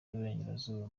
y’uburengerazuba